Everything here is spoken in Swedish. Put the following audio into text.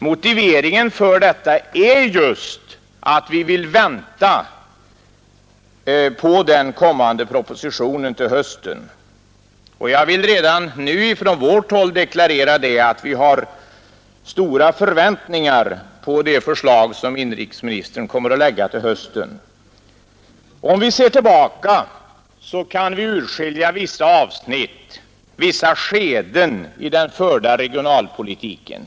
Motiveringen för detta är just att vi vill vänta på den kommande propositionen till hösten. Jag vill redan nu från vårt håll deklarera att vi har stora förväntningar på det förslag inrikesministern kommer att lägga till hösten. Om vi ser tillbaka kan vi urskilja vissa avsnitt, vissa skeden av den förda regionalpolitiken.